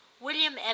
William